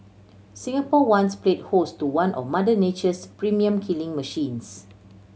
Singapore once played host to one of Mother Nature's premium killing machines